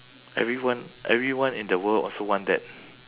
everyone everyone in the world also want that